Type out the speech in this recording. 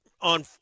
On